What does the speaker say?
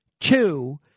Two